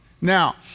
Now